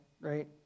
right